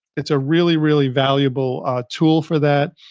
it's a really, really valuable tool for that.